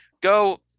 go